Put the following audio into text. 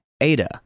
ADA